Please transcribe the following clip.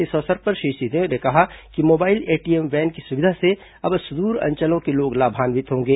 इस अवसर पर श्री सिंहदेव ने कहा कि मोबाइल एटीएम वैन की सुविधा से अब सुद्र अंचलों के लोग लाभान्वित होंगे